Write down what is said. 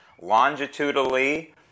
longitudinally